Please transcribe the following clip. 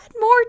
more